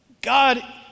God